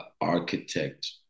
architect